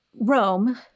Rome